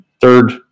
third